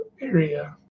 area